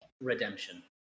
Redemption